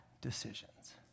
decisions